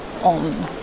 on